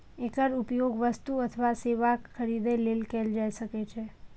एकर उपयोग वस्तु अथवा सेवाक खरीद लेल कैल जा सकै छै